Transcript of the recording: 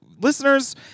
listeners